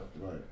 Right